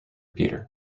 peter